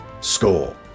score